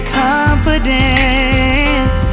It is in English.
confidence